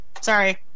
Sorry